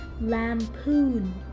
lampoon